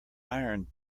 iron